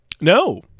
No